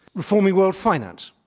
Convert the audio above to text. reforming world finance,